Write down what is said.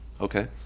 Okay